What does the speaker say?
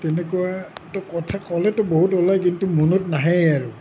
তেনেকুৱা কথা ক'লেতো বহুত ওলাই কিন্তু মনত নাহে আৰু